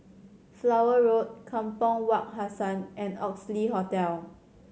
Flower Road Kampong Wak Hassan and Oxley Hotel